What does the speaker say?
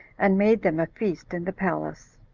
and made them a feast in the palace.